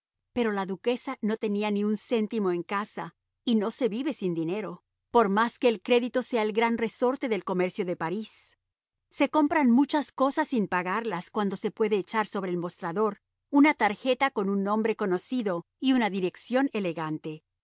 pero la duquesa no tenía ni un céntimo en casa y no se vive sin dinero por más que el crédito sea el gran resorte del comercio de parís se compran muchas cosas sin pagarlas cuando se puede echar sobre el mostrador una tarjeta con un nombre conocido y una dirección elegante